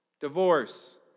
divorce